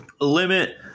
limit –